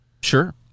Sure